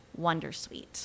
Wondersuite